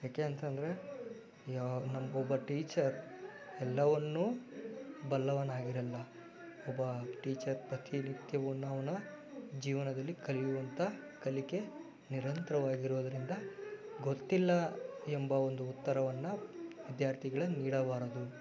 ಏಕೆ ಅಂತಂದರೆ ಈವಾಗ ನಮಗೊಬ್ಬ ಟೀಚರ್ ಎಲ್ಲವನ್ನೂ ಬಲ್ಲವನಾಗಿರಲ್ಲ ಒಬ್ಬ ಟೀಚರ್ ಪ್ರತಿನಿತ್ಯ ಜೀವನದಲ್ಲಿ ಕಲಿಯುವಂಥ ಕಲಿಕೆ ನಿರಂತರವಾಗಿರೋದ್ರಿಂದ ಗೊತ್ತಿಲ್ಲ ಎಂಬ ಒಂದು ಉತ್ತರವನ್ನು ವಿದ್ಯಾರ್ಥಿಗಳಿಗೆ ನೀಡಬಾರದು